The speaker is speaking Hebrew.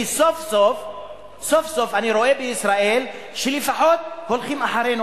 כי סוף-סוף אני רואה בישראל שלפחות הולכים אחרינו,